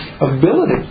ability